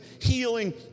healing